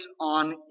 on